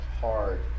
Hard